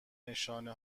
نشانه